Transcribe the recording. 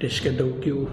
reiškia daug jų